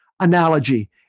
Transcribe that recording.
analogy